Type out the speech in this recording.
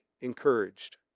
encouraged